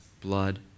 blood